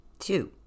Two